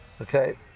Okay